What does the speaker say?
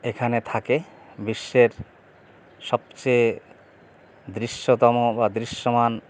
এখানে থাকে বিশ্বের সবচেয়ে দৃশ্যতম বা দৃশ্যমান